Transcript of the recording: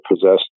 possessed